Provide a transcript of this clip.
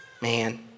Man